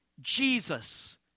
Jesus